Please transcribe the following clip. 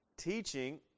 teaching